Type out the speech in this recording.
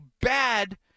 bad